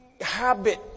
habit